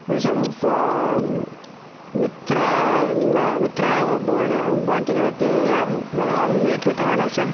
एतेषां फ़ाम् मित्रं म मित्रं भवन्ति क तेषाम् अहं मीट् कृतवान् आसन्